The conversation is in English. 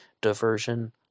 diversion